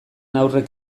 haurrek